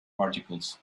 particles